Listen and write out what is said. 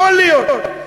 יכול להיות.